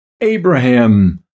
Abraham